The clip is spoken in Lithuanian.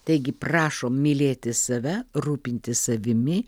taigi prašom mylėti save rūpintis savimi